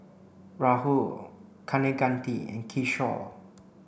Rahul Kaneganti and Kishore